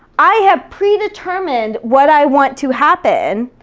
i have predetermined what i want to happen,